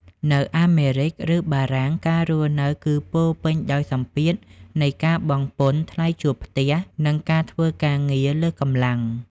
នៅអាមេរិក ឬបារាំង ការរស់នៅគឺពោរពេញដោយសម្ពាធនៃការបង់ពន្ធ ថ្លៃជួលផ្ទះ និងការធ្វើការងារលើសកម្លាំង។